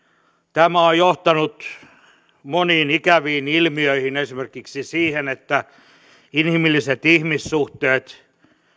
tämä on johtanut moniin ikäviin ilmiöihin esimerkiksi siihen että inhimilliset ihmissuhteet